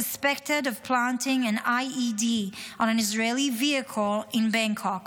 suspected planting an IED on an Israeli vehicle in Bangkok,